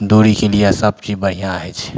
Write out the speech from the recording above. दूरीके लिए सब चीज बढ़िआँ होइ छै